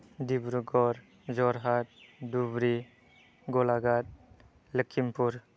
Dibrugarh Jorhat Dhubri Golaghat Lakhimpur